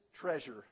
treasure